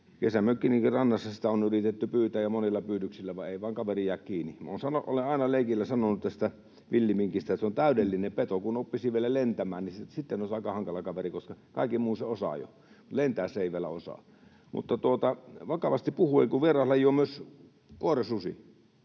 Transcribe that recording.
Kesämökkinikin rannassa sitä on yritetty pyytää monilla pyydyksillä, vaan ei vain kaveri jää kiinni. Olen aina leikillä sanonut tästä villiminkistä, että se on täydellinen peto. Kun oppisi vielä lentämään, niin sitten olisi aika hankala kaveri, koska kaiken muun se osaa jo, mutta lentää se ei vielä osaa. [Naurua ministeriaition suunnasta]